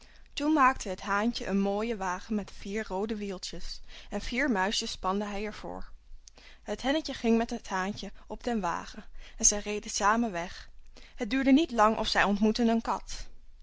toen maakte het haantje een mooien wagen met vier roode wieltjes en vier muisjes spande hij er voor het hennetje ging met het haantje op den wagen en zij reden samen weg het duurde niet lang of zij ontmoetten een kat